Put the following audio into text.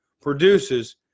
produces